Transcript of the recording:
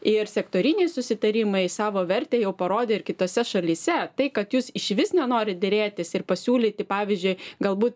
ir sektoriniai susitarimai savo vertę jau parodė ir kitose šalyse tai kad jūs išvis nenorit derėtis ir pasiūlyti pavyzdžiui galbūt